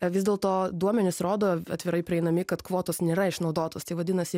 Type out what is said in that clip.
vis dėlto duomenys rodo atvirai prieinami kad kvotos nėra išnaudotos tai vadinasi